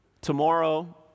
Tomorrow